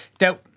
now